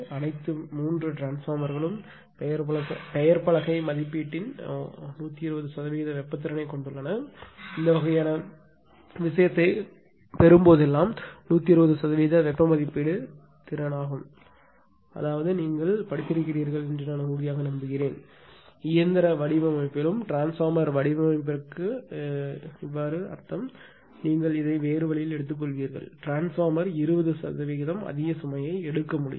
அனைத்து 3 ட்ரான்ஸ்பார்மர் களும் பெயர்ப்பலகை மதிப்பீட்டின் 120 சதவிகித வெப்ப திறனைக் கொண்டுள்ளன இந்த வகையான விஷயத்தைப் பெறும்போதெல்லாம் 120 சதவீத வெப்ப மதிப்பீடு திறன் அதாவது நீங்கள் படித்திருக்கிறீர்கள் என்று நான் உறுதியாக நம்புகிறேன் இயந்திர வடிவமைப்பிலும் ட்ரான்ஸ்பார்மர் வடிவமைப்பிற்கு அர்த்தம் நீங்கள் இதை வேறு வழியில் எடுத்துக்கொள்வீர்கள் ட்ரான்ஸ்பார்மர் 20 சதவிகிதம் அதிக சுமையை எடுக்க முடியும்